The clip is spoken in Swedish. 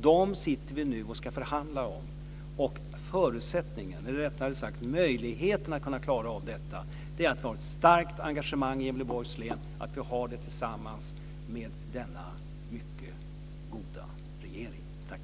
Dem sitter vi nu och ska förhandla om. Möjligheten att klara av detta är att det finns ett starkt engagemang i Gävleborgs län tillsammans med denna mycket goda regering. Tack.